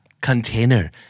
Container